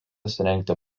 surengti